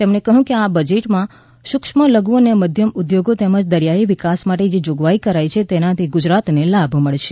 તેમણે કહ્યું કે આ બજેટમાં સૂક્ષ્મ લઘુ અને મધ્યમ ઉદ્યોગો તેમજ દરિયાઈ વિકાસ માટે જે જોગવાઈ કરાઇ છે તેનાથી ગુજરાતને લાભ મળશે